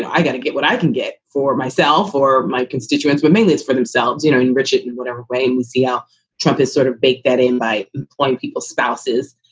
and i got to get what i can get for myself or my constituents. but mainly it's for themselves, you know, enrich it in whatever way. and we see how trump is sort of baked that in by employing people's spouses,